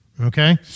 okay